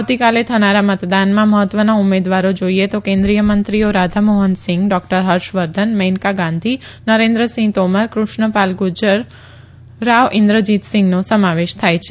આવતીકાલે થનારા મતદાનમાં મહત્વના ઉમેદવારો જાઈએ તો કેન્દ્રીય મંત્રીઓ રાધામોહન સિંઘ ડોકટર હર્ષવર્ધન મેનકા ગાંધી નરેન્દ્રસિંહ તોમર કૃષ્ણ પાલ ગુર્જર અને રાવ ઈન્દ્રજીતસિંગનો સમાવેશ થાય છે